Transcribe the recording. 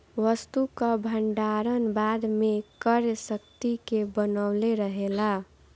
वस्तु कअ भण्डारण बाद में क्रय शक्ति के बनवले रहेला